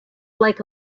like